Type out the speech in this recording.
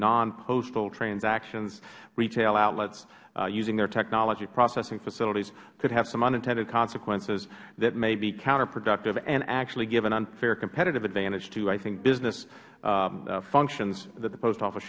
non postal transactions retail outlets using their technology processing facilities could have some unintended consequences that may be counterproductive and actually give an unfair competitive advantage to i think business functions that the post office